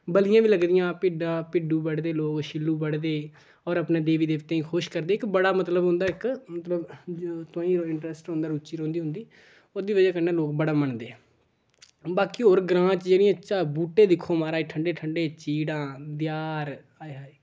बलियां बी लगदियां भिड्डा भिड्डू बड्ढदे लोक छिल्लू बड्ढदे होर अपने देवी देवतें गी खुश करदे इक बड़ा मतलब उं'दा इक मतलब तुआईं इक इनट्रेस्ट रौंह्दा रुचि रौंहदी उं'दी ओह्दी बजह् कन्नै लोक बड़ा मन्नदे बाकी होर ग्रांऽ च जेह्ड़ियां चा बूह्टे दिक्खो माराज ठंडे ठंडे चीड़ां देयार हाय हाय